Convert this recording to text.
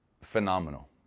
phenomenal